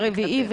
ורביעי,